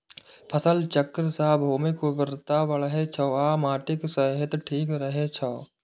फसल चक्र सं भूमिक उर्वरता बढ़ै छै आ माटिक सेहत ठीक रहै छै